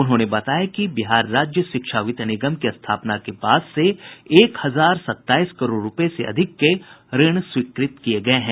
उन्होंने बताया कि बिहार राज्य शिक्षा वित्त निगम की स्थापना के बाद से एक हजार सत्ताईस करोड़ रूपये से अधिक के ऋण स्वीकृत किये गये हैं